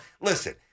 Listen